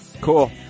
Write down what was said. Cool